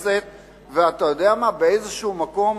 המתנשאת, ואתה יודע מה, באיזה מקום